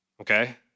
okay